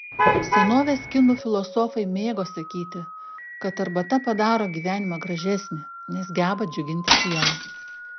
senovės kinų filosofai mėgo sakyti kad arbata padaro gyvenimą gražesnį nes geba džiuginti sielą